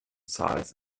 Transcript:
size